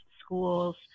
schools